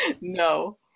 No